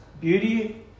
Beauty